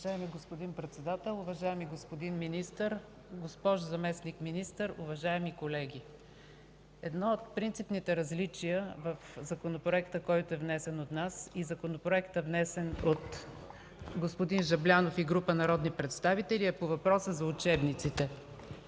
Уважаеми господин Председател, уважаеми господин Министър, госпожо Заместник-министър, уважаеми колеги! Едно от принципните различия в Законопроекта, внесен от нас, и Законопроекта, внесен от господин Жаблянов и група народни представители, е по въпроса за учебниците.